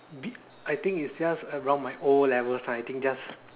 be I think it's just around my O levels time I think just